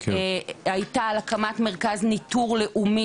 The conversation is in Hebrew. הייתה על הקמת מרכז ניטור לאומי,